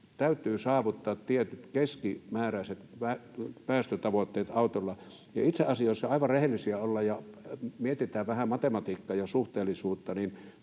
täytyy saavuttaa tietyt keskimääräiset päästötavoitteet autoilla. Ja itse asiassa, jos aivan rehellisiä ollaan ja mietitään vähän matematiikkaa ja suhteellisuutta, niin